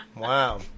wow